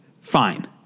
fine